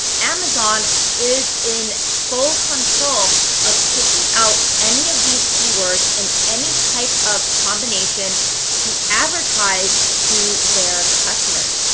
amazon is in full control of picking out any of these keywords in any type of combination to advertise to their customers.